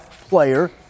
player